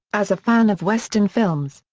as a fan of western films,